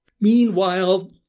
Meanwhile